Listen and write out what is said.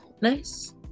nice